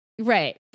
Right